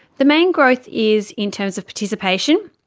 the main growth is in terms of participation.